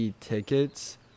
tickets